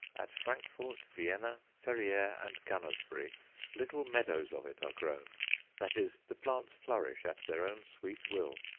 at frankfort, vienna, ferrieres, and gunnersbury little meadows of it are grown that is, the plants flourish at their own sweet will,